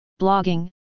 blogging